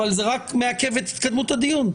אבל זה רק מעכב את התקדמות הדיון.